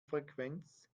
frequenz